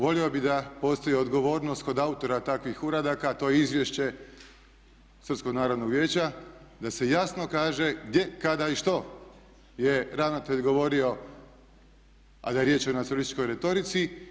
Volio bih da postoji odgovornost kod autora takvih uradaka a to je Izvješće Srpskog narodnog vijeća, da se jasno kaže gdje, kada i što je ravnatelj govorio a da je riječ o nacionalističkoj retorici.